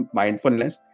mindfulness